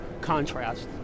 contrast